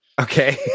okay